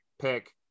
pick